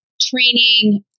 training